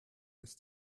ist